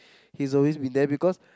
he's always been there because